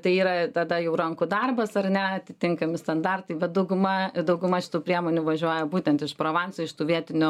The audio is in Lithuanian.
tai yra tada jau rankų darbas ar ne atitinkami standartai bet dauguma dauguma šitų priemonių važiuoja būtent iš provanso iš tų vietinių